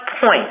point